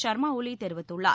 சர்மா ஒலி தெரிவித்துள்ளார்